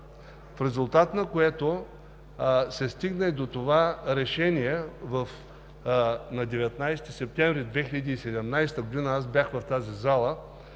в резултат на което се стигна и до това решение на 19 септември 2017 г. – аз бях в тази зала